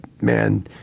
Man